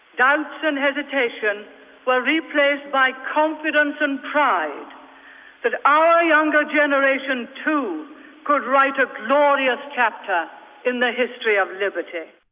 doubts and hesitation were replaced by confidence and pride that our younger generation too could write a glorious chapter in the history of liberty.